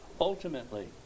Ultimately